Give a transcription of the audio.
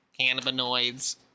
Cannabinoids